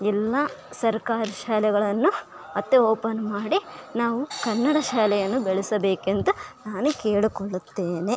ಎಲ್ಲಾ ಸರ್ಕಾರಿ ಶಾಲೆಗಳನ್ನು ಮತ್ತು ಓಪನ್ ಮಾಡಿ ನಾವು ಕನ್ನಡ ಶಾಲೆಯನ್ನು ಬೆಳೆಸಬೇಕೆಂತು ನಾನು ಕೇಳಿ ಕೊಳ್ಳುತ್ತೇನೆ